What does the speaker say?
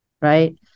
right